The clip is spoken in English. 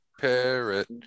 parrot